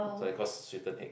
so I call sweeten egg